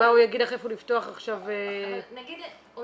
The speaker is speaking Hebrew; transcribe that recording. מה הוא יגיד לך איפה לפתוח עכשיו --- אבל נגיד עולה